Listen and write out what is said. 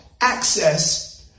access